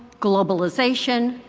globalization,